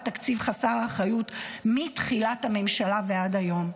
תקציב חסר האחריות מתחילת הממשלה ועד היום.